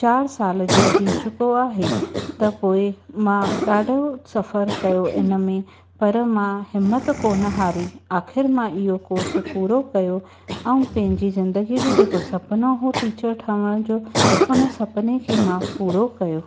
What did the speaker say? चारि साल जो थी चुको आहे त पोएं मां ॾाढो सफ़रु कयो हिन में पर मां हिमत कोन हारी आख़िर मां इहो कोर्स पूरो कयो ऐं पंहिंजी ज़िंदगीअ जो जेको सुपिनो हुओ टीचर ठहण जो उन सुपिने खे मां पूरो कयो